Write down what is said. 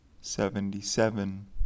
Seventy-seven